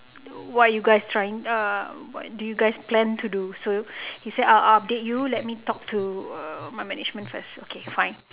what are you guys trying err what do you guys plan to do so he say I'll I'll update you let me talk to uh my management first okay fine